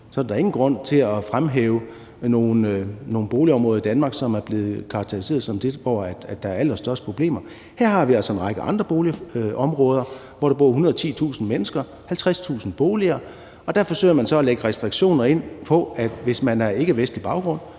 Så er der da ingen grund til at fremhæve nogle boligområder i Danmark, som er blevet karakteriseret som der, hvor der er allerstørst problemer. Her har vi altså en række andre boligområder, hvor der bor 110.000 mennesker, der er 50.000 boliger, og der forsøger man så at lægge restriktioner ind, sådan at hvis man har ikkevestlig baggrund,